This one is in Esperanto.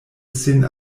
sin